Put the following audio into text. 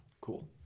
Cool